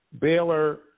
Baylor